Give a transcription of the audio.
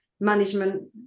management